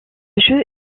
jeu